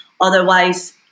Otherwise